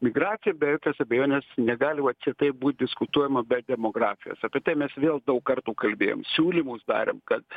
migracija be jokios abejonės negali va čia taip būt diskutuojama be demografijos apie tai mes vėl daug kartų kalbėjom siūlymus darėm kad